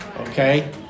okay